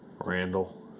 Randall